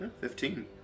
Fifteen